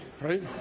right